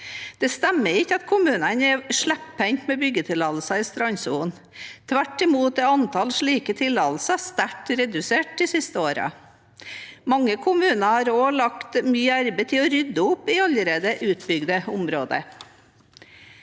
Det stemmer ikke at kommunene er slepphendte med byggetillatelser i strandsonen – tvert imot er antallet slike tillatelser sterkt redusert de siste årene. Mange kommuner har også lagt mye arbeid i å rydde opp i allerede utbygde områder.